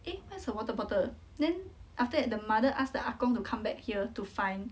eh where's your water bottle then after that the mother ask the 阿公 to come back here to find